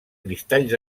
cristalls